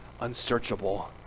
unsearchable